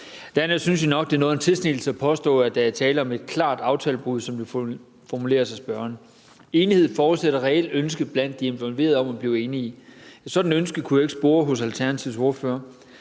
Dernæst synes jeg nok, det er noget af en tilsnigelse at påstå, at der er tale om et klart aftalebrud, sådan som det formuleres af spørgeren. Enighed forudsætter et reelt ønske blandt de involverede om at blive enige. Et sådant ønske kunne jeg ikke spore hos Alternativets ordfører.